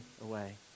away